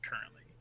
currently